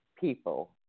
people